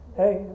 hey